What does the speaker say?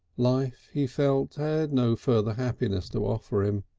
life he felt had no further happiness to offer him.